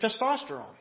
testosterone